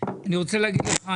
אני רוצה להגיד לך,